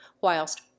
whilst